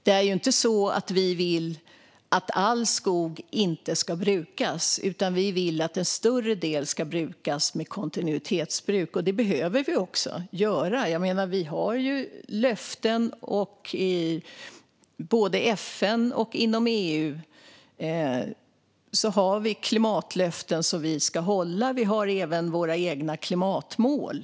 Det är inte så att vi vill att all skog inte ska brukas, utan vi vill att en större del ska brukas med kontinuitetsbruk. Detta behöver vi också göra. Jag menar, i både FN och EU har vi ju klimatlöften som vi ska hålla, och vi har även våra egna klimatmål.